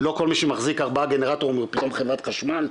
לא כל מי שמחזיק ארבעה גנרטור הוא פתאום חברת חשמל,